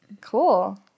cool